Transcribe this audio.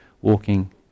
walking